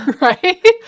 right